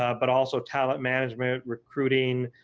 ah but also talent management, recruiting,